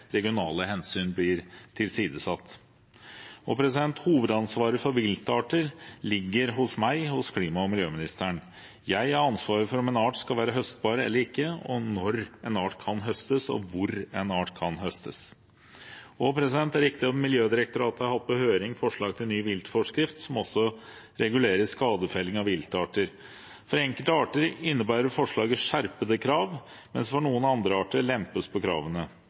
regionale hensyn blir tilsidesatt. Hovedansvaret for viltarter ligger hos meg – hos klima- og miljøministeren. Jeg har ansvaret for om en art skal være høstbar eller ikke, når en art kan høstes, og hvor en art kan høstes. Det er riktig at Miljødirektoratet har hatt på høring forslag til en ny viltforskrift som også regulerer skadefelling av viltarter. For enkelte arter innebærer forslaget skjerpede krav, mens det for noen andre arter lempes på kravene.